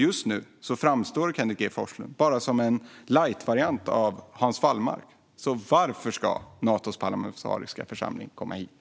Just nu framstår Kenneth G Forslund bara som en lightvariant av Hans Wallmark. Frågan är: Varför ska Natos parlamentariska församling komma hit?